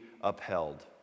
upheld